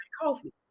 coffee